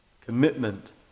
commitment